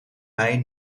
mei